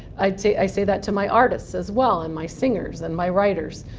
i say i say that to my artists as well and my singers and my writers.